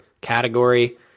category